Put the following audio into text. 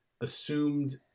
assumed